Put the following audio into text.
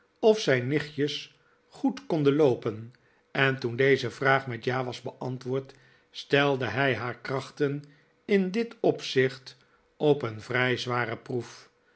of zijn nichtjes goed konden loopen en toen deze vraag met ja was beantwoord stelde hij haar krachten in dit opzicht op een vrij zware proef